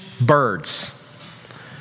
birds